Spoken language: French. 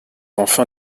enfin